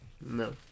No